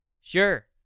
Sure